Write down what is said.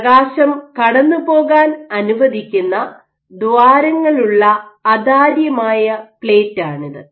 പ്രകാശം കടന്നുപോകാൻ അനുവദിക്കുന്ന ദ്വാരങ്ങളുള്ള അതാര്യമായ പ്ലേറ്റാണിത്